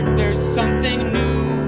there's something new